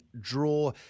draw